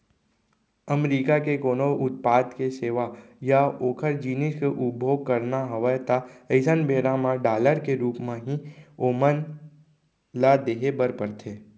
अमरीका के कोनो उत्पाद के सेवा या ओखर जिनिस के उपभोग करना हवय ता अइसन बेरा म डॉलर के रुप म ही ओमन ल देहे बर परथे